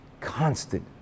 constant